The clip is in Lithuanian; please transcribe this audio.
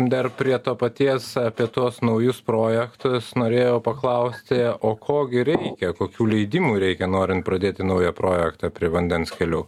dar prie to paties apie tuos naujus projektus norėjau paklausti o ko gi reikia kokių leidimų reikia norint pradėti naują projektą prie vandens kelių